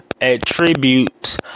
attributes